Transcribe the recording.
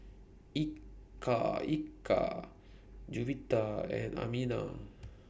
Eka Eka Juwita and Aminah